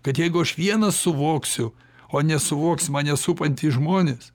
kad jeigu aš vienas suvoksiu o nesuvoks mane supantys žmonės